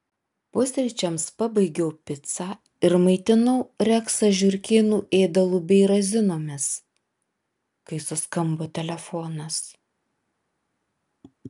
pusryčiams pabaigiau picą ir maitinau reksą žiurkėnų ėdalu bei razinomis kai suskambo telefonas